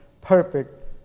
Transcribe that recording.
perfect